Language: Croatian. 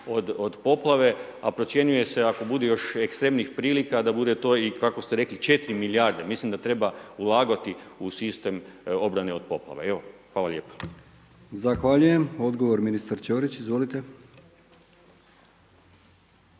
od poplave, a procjenjuje se, ako bude još ekstremnih prilika, da bude to i, kako ste rekli, 4 milijarde. Mislim da treba ulagati u sistem obrane od poplava. Evo, hvala lijepa. **Brkić, Milijan (HDZ)** Zahvaljujem. Odgovor ministar Ćorić, izvolite.